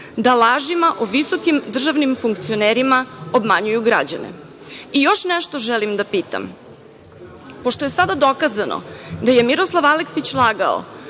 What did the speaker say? da lažima o visokim državnim funkcionerima obmanjuju građane. Još nešto želim da pitam. Pošto je sada dokazano da je Miroslav Aleksić lagao,